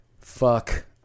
fuck